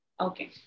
Okay